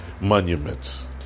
monuments